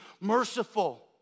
merciful